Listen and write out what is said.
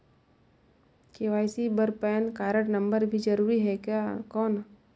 KYC बर PAN card number भी जरूरी हे कौन?